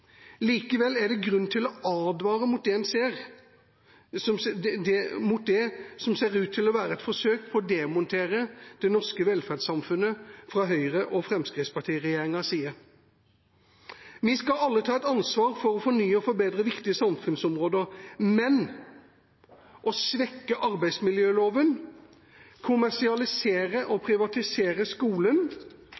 Likevel er det grunn til å advare mot det som ser ut til å være et forsøk på å demontere det norske velferdssamfunnet fra Høyre–Fremskrittsparti-regjeringas side. Vi skal alle ta et ansvar for å fornye og forbedre viktige samfunnsområder, men å svekke arbeidsmiljøloven, kommersialisere og